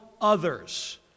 others